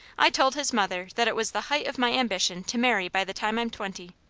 i told his mother that it was the height of my ambition to marry by the time i'm twenty.